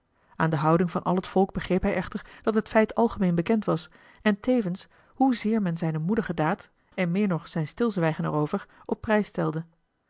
aan de houding van al het volk begreep hij echter dat het feit algemeen bekend was en tevens hoezeer men zijne moedige daad en meer nog zijn stilzwijgen er over op prijs stelde